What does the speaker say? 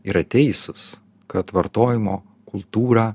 yra teisūs kad vartojimo kultūrą